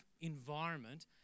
environment